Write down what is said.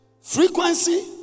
Frequency